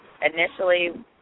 Initially